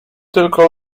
tylko